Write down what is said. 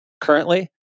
currently